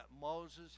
Moses